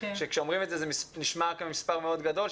שכשאומרים את זה זה נשמע כמספר מאוד גדול,